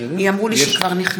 אמרו לי שהיא כבר נכנסת.